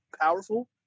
powerful